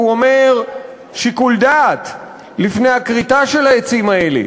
והוא אומר שיקול דעת לפני הכריתה של העצים האלה,